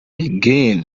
again